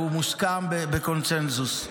והוא מוסכם בקונסנזוס.